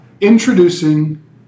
introducing